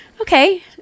okay